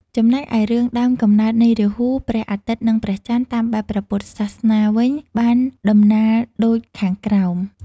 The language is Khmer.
ចំណែកឯរឿងដើមកំណើតនៃរាហូ ព្រះអាទិត្យ និងព្រះចន្ទ (តាមបែបព្រះពុទ្ធសាសនា)វិញបានតំណាល់ដូចខាងក្រោម។